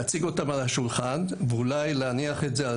להציג אותם על השולחן ואולי להניח את זה על